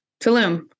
Tulum